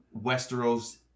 Westeros